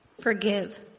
Forgive